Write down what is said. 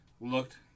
Looked